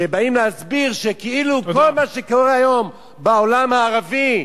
שבאים להסביר שכאילו כל מה שקורה היום בעולם הערבי,